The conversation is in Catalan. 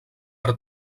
per